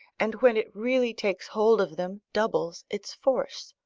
and when it really takes hold of them doubles its force.